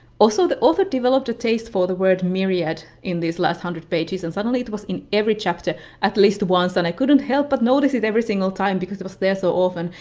also, the author developed a taste for the word myriad in these last hundred pages and suddenly it was in every chapter at least once, and i couldn't help but notice it every single time, because it there so often,